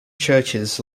churches